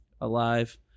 alive